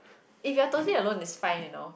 if you are totally alone is fine you know